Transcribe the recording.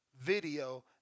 video